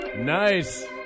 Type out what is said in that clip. Nice